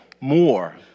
more